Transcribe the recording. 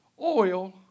oil